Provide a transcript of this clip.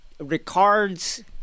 Ricard's